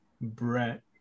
Brett